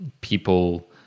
people